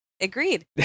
Agreed